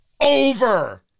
over